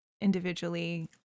individually